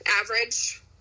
average